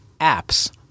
apps